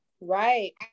Right